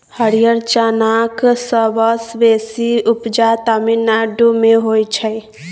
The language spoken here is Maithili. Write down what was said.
हरियर चनाक सबसँ बेसी उपजा तमिलनाडु मे होइ छै